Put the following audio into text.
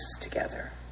together